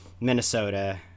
Minnesota